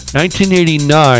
1989